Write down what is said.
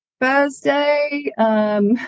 Thursday